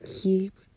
keep